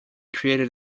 created